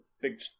big